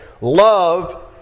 Love